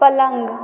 पलङ्ग